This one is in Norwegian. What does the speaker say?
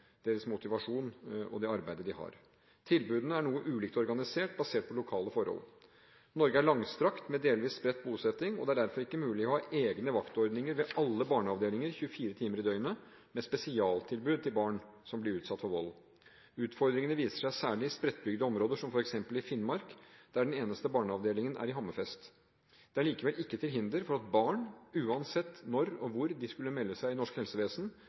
deres motivasjon og det arbeidet de har. Tilbudene er noe ulikt organisert, basert på lokale forhold. Norge er langstrakt med delvis spredt bosetting. Det er derfor ikke mulig å ha egne vaktordninger ved alle barneavdelinger 24 timer i døgnet, med spesialtilbud til barn som blir utsatt for vold. Utfordringene viser seg særlig i spredtbygde områder som f.eks. i Finnmark, der den eneste barneavdelingen er i Hammerfest. Det er likevel ikke til hinder for at barn, uansett når og hvor de skulle melde seg i norsk helsevesen,